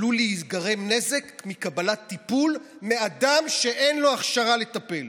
עלול להיגרם נזק מקבלת טיפול מאדם שאין לו הכשרה לטפל".